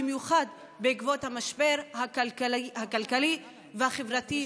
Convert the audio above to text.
במיוחד בעקבות המשבר הכלכלי והחברתי,